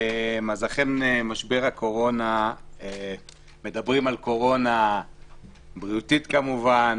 אכן במשבר הקורונה מדברים על קורונה בריאותית כמובן,